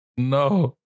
No